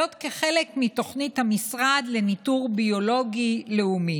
זאת, כחלק מתוכנית המשרד לניטור ביולוגי לאומי.